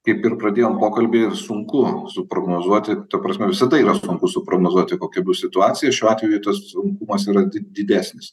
kaip ir pradėjom pokalbį sunku suprognozuoti ta prasme visada yra sunku suprognozuoti kokia bus situacija šiuo atveju tas sunkumas yra di didesnis